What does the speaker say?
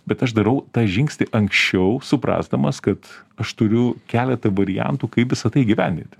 bet aš darau tą žingsnį anksčiau suprasdamas kad aš turiu keleta variantų kaip visa tai įgyvendinti